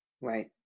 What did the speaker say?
Right